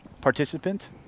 participant